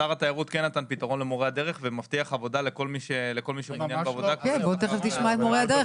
שר התיירות נתן פתרון ומבטיח עבודה לכל --- מיד נשמע את מורי הדרך,